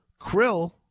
Krill